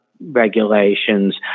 regulations